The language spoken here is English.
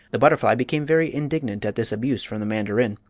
the butterfly became very indignant at this abuse from the mandarin.